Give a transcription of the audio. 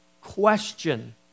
question